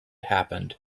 happened